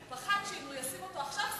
הוא פחד שאם עכשיו הוא ישים אותו שר